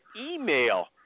email